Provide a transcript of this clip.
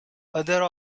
other